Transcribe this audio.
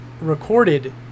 recorded